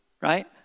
right